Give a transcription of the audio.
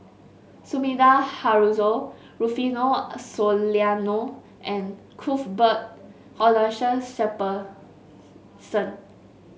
Sumida Haruzo Rufino Soliano and Cuthbert Aloysius Shepherdson